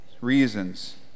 reasons